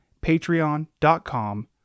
patreon.com